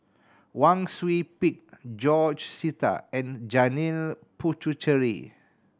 Wang Sui Pick George Sita and Janil Puthucheary